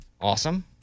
Awesome